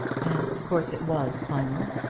and of course it was final.